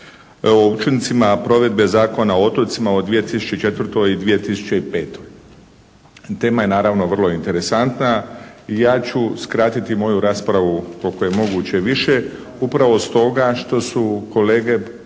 o učincima provedbe Zakona o otocima u 2004. i 2005. Tema je naravno vrlo interesantna i ja ću skratiti moju raspravu koliko je moguće više, upravo stoga što su kolege